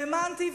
האמנתי,